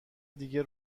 دیگه